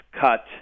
cut